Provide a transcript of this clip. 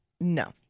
No